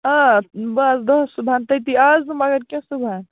آ بَس دَہ صُبحَن تٔتی آسہٕ بہٕ مگر کیٚنٛہہ صُبحَن